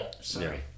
sorry